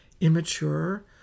immature